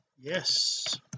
yes